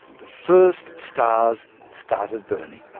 the first stars started burning.